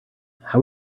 how